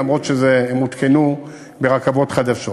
למרות שהם הותקנו ברכבות חדשות.